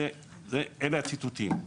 אלה הציטוטים.